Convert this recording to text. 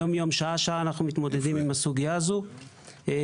אנחנו מתמודדים עם הסוגיה הזו יום-יום, שעה-שעה.